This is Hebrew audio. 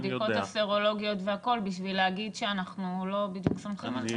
בבדיקות הסרולוגיות והכול בשביל להגיד שאנחנו לא בדיוק סומכים על זה?